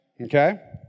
Okay